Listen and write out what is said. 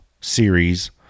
series